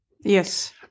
Yes